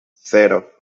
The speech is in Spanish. cero